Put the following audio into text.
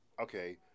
Okay